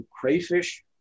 crayfish